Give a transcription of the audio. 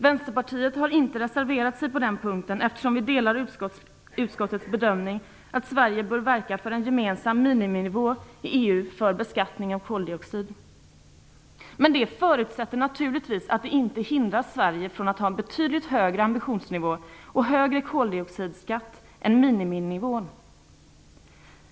Vänsterpartiet har inte reserverat sig på den punkten, eftersom vi instämmer i utskottets bedömning att Sverige bör verka för en gemensam miniminivå i EU för beskattning av koldioxidutsläpp. Men det förutsätter naturligtvis att det inte hindrar Sverige från att ha en betydligt högre ambitionsnivå och högre koldioxidskatt än miniminivån.